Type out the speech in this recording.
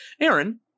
Aaron